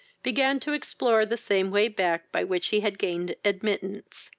began to explore the same way back by which he had gained admittance.